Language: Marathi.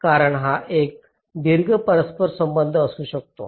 कारण हा एक दीर्घ परस्पर संबंध असू शकतो